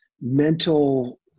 mental